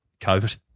COVID